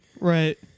Right